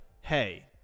hey